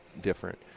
different